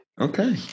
Okay